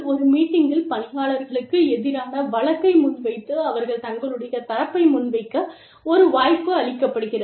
ஒரு மீட்டிங்கில் பணியாளர்களுக்கு எதிரான வழக்கை முன்வைத்து அவர்கள் தங்களுடைய தரப்பை முன்வைக்க ஒரு வாய்ப்பு அளிக்கப்படுகிறது